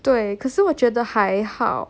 对可是我觉得还好